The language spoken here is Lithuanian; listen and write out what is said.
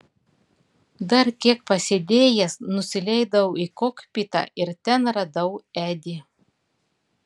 dar kiek pasėdėjęs nusileidau į kokpitą ir ten radau edį